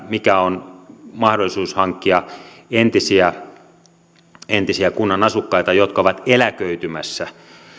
mikä on mahdollisuus hankkia entisiä entisiä kunnan asukkaita jotka ovat eläköitymässä